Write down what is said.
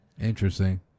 Interesting